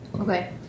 okay